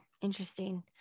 Interesting